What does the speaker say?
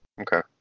okay